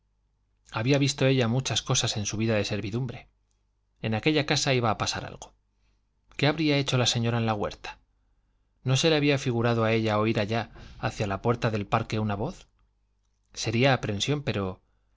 había visto ella muchas cosas en su vida de servidumbre en aquella casa iba a pasar algo qué habría hecho la señora en la huerta no se le había figurado a ella oír allá hacia la puerta del parque una voz sería aprensión pero